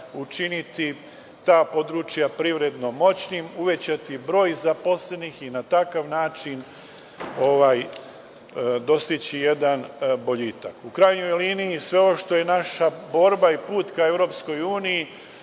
učiniti ta područja privredno moćnim, uvećati broj zaposlenih i na takav način dostići jedan boljitak.U krajnjoj liniji sve ovo što je naša borba i put ka EU je